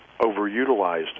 overutilized